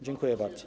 Dziękuję bardzo.